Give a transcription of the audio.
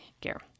gear